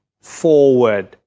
forward